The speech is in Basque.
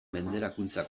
menderakuntza